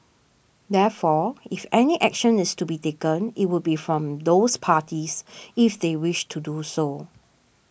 therefore if any action is to be taken it would be from those parties if they wish to do so